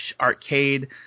arcade